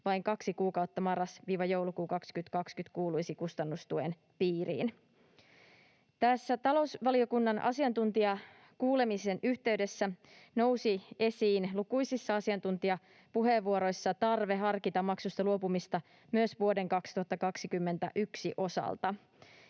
kuukautta, marras—joulukuu 2020, kuuluisi kustannustuen piiriin. Tässä talousvaliokunnan asiantuntijakuulemisen yhteydessä nousi esiin lukuisissa asiantuntijapuheenvuoroissa tarve harkita maksusta luopumista myös vuoden 2021 osalta,